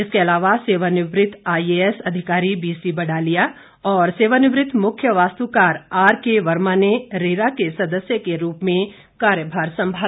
इसके अलावा सेवानिवृत्त आईएएस अधिकारी बी सी बडालिया और सेवानिवृत्त मुख्य वास्तुकार आरकेवर्मा ने रेरा के सदस्य के रूप में कार्यभार संभाला